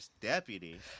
deputy